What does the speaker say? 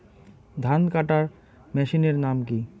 ধান কাটার মেশিনের নাম কি?